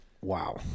Wow